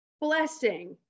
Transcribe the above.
blessing